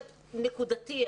זה נקודתי.